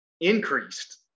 increased